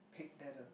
pick that the